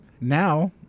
now